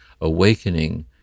awakening